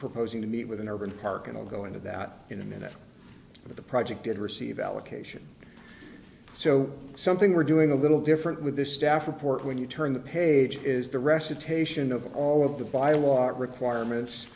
proposing to meet with an urban park and i'll go into that in a minute but the project did receive allocation so something we're doing a little different with this staff report when you turn the page is the recitation of all of the by lot requirements